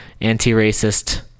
anti-racist